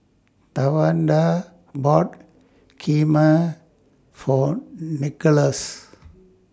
Tawanda bought Kheema For Nicholaus